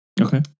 Okay